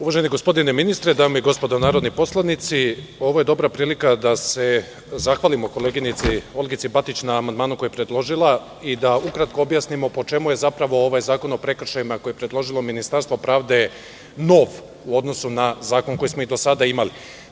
Uvaženi gospodine ministre, dame i gospodo narodni poslanici, ovo je dobra prilika da se zahvalimo koleginici Olgici Batić na amandmanu koji je predložila i ukratko da objasnimo po čemu je ovaj zakon o prekršajima, koje je predložilo Ministarstvo pravde, nov u odnosu na zakon koji smo do sada imali.